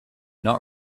not